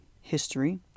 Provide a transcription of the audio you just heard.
history